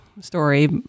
story